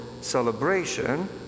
celebration